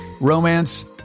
romance